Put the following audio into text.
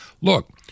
Look